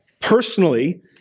personally